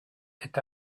est